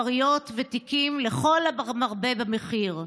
כריות ותיקים לכל המרבה במחיר.